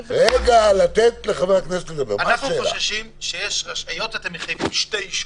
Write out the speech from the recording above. אנחנו חוששים שהיות ואתם מחייבים שני אישורים,